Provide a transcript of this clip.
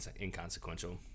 inconsequential